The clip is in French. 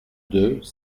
deux